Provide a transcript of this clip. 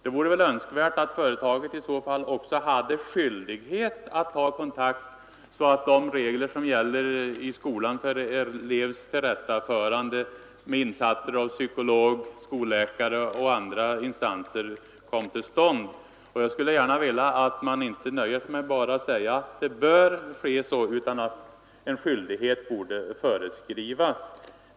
Det vore önskvärt att företagen hade skyldighet att ta kontakt, så att de regler som gäller i skolan för elevs tillrättaförande med insatser av kurator, psykolog, skolläkare och andra instanser kommer till användning. Jag skulle önska att man inte nöjde sig med att säga att så bör ske utan att det också föreskrivs en skyldighet för företagen.